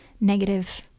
negative